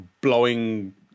blowing